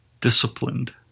disciplined